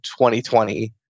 2020